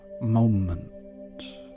moment